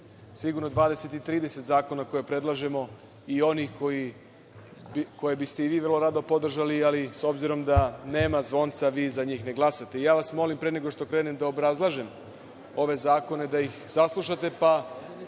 sigurno 20, 30 zakona koje predlažemo, i one koji biste i vi rado podržali, ali s obzirom da nema zvonca vi za njih ne glasate. Molim vas, pre nego što krenem da obrazlažem ove zakone, da ih saslušate, pa